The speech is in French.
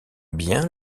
bien